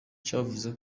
cavuze